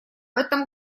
это